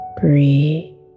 breathe